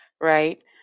right